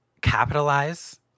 capitalize